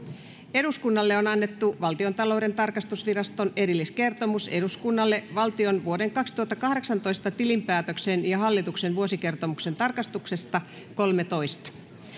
eduskunnalle on annettu valtiontalouden tarkastusviraston erilliskertomus eduskunnalle valtion vuoden kaksituhattakahdeksantoista tilinpäätöksen ja hallituksen vuosikertomuksen tarkastuksesta